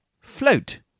float